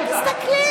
תסתכלי